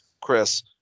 Chris